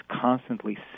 constantly